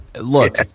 Look